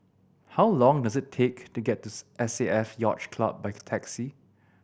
how long does it take to get to S A F Yacht Club by taxi